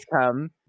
come